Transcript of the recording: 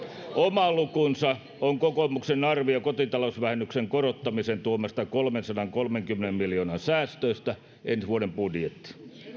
oma lukunsa on kokoomuksen arvio kotitalousvähennyksen korottamisen tuomasta kolmensadankolmenkymmenen miljoonan säästöstä ensi vuoden budjettiin kokoomus